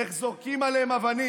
איך זורקים עליהם אבנים,